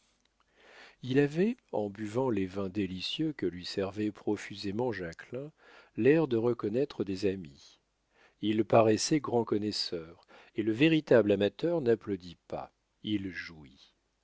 il avait en buvant les vins délicieux que lui servait profusément jacquelin l'air de reconnaître des amis il paraissait grand connaisseur et le véritable amateur n'applaudit pas il jouit